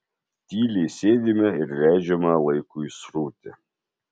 tyliai sėdime ir leidžiame laikui srūti